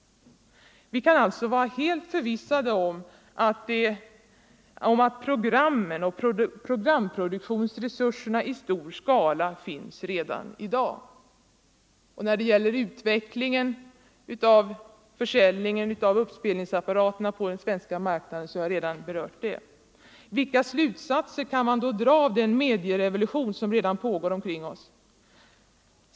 Vi kan alltså vara helt förvissade om att programutbudet och pro gramproduktionsresurserna i stor skala finns redan i dag. Utvecklingen Nr 125 av försäljningen av uppspelningsapparater på den svenska marknaden Onsdagen den har jag redan berört. 20 november 1974 Vilka slutsatser kan man då dra av den medierevolution som redan —— pågår omkring oss?